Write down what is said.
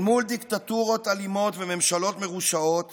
אל מול דיקטטורות אלימות וממשלות מרושעות